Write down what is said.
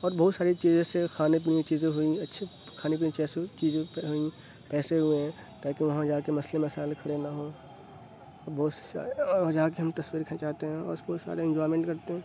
اور بہت ساری چیز جیسے کھانے پینے کی چیزیں ہوئیں اچھی کھانے پینے جیسے چیزیں پیسے ہوئیں تا کہ وہاں جا کے مسئلے مسائل کھڑے نہ ہوں بہت سے جا کے ہم تصویر کھینچاتے ہیں اور اِس کو ساتھ ہم انجوائمنٹ کرتے ہیں